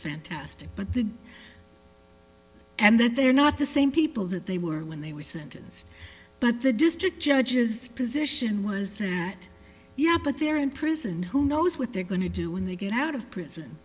fantastic but the and that they're not the same people that they were when they were sentenced but the district judges position was that yeah but they're in prison who knows what they're going to do when they get out of prison